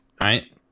right